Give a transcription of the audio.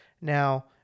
now